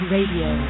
Radio